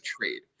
trade